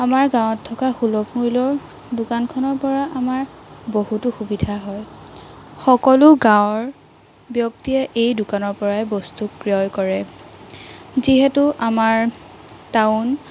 আমাৰ গাঁৱত থকা সুলভ মূল্যৰ দোকানখনৰ পৰা আমাৰ বহুতো সুবিধা হয় সকলো গাঁৱৰ ব্যক্তিয়ে এই দোকানৰ পৰাই বস্তু ক্ৰয় কৰে যিহেতু আমাৰ টাউন